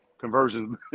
conversions